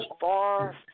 far